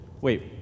Wait